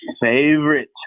favorite